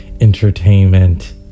entertainment